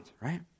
right